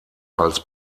als